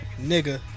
nigga